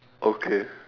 okay